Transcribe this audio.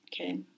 Okay